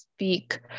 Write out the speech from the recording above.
speak